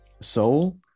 soul